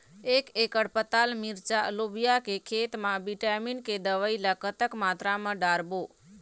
एक एकड़ पताल मिरचा लोबिया के खेत मा विटामिन के दवई ला कतक मात्रा म डारबो?